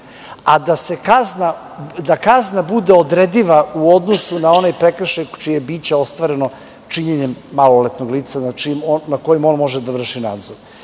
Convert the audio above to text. a da kazna bude odrediva u odnosu na onaj prekršaj čije je biće ostvareno činjenjem maloletnog lica, nad kojim on može da vrši nadzor.